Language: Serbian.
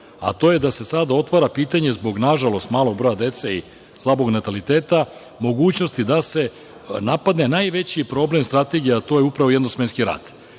a to je da se sada otvara pitanje, nažalost, zbog malog broja dece i slabog nataliteta, mogućnosti da se napadne najveći problem strategije, a to je upravo jednosmenski